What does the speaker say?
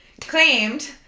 claimed